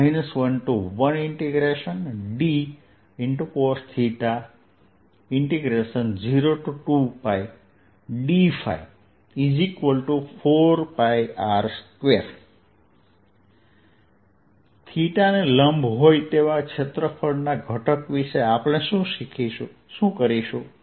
S dsR2 11dcosθ02dϕ 4R2 θને લંબ હોય તેવા ક્ષેત્રફળના ઘટક વિષે આપણે શું કરીશું